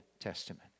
Testament